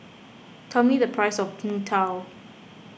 tell me the price of Png Tao